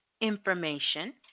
information